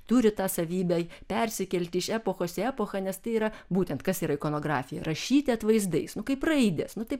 turi tą savybę persikelti iš epochos į epochą nes tai yra būtent kas yra ikonografija rašyti atvaizdais nu kaip raidės nu tai